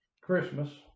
Christmas